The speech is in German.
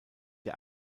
der